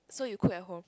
so you cook at home